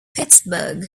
pittsburgh